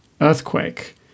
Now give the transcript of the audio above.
earthquake